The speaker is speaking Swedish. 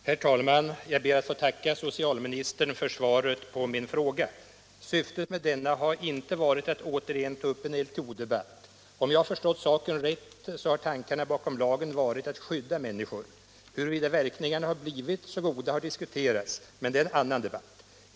Herr talman! Jag ber att få tacka socialministern för svaret på min fråga. Syftet med frågan har inte varit att återigen ta upp en LTO-debatt. Om jag förstått saken rätt har tanken bakom lagen varit att skydda människor. Huruvida verkningarna har blivit så goda har diskuterats, men det är en annan debatt.